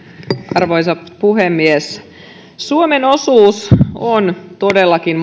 arvoisa puhemies suomen osuus maailman kokonaispäästöistä on todellakin